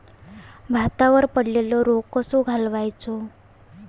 भातावर पडलेलो रोग कसो घालवायचो?